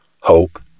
hope